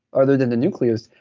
other than the nucleus,